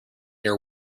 near